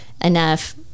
enough